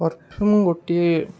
perfume ଗୋଟିଏ